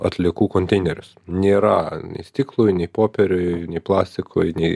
atliekų konteinerius nėra nei stiklui nei popieriui plastikui nei